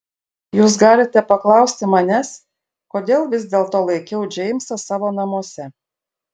jūs galite paklausti manęs kodėl vis dėlto laikiau džeimsą savo namuose